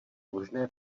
možné